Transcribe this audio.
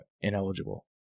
ineligible